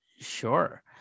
Sure